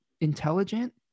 intelligent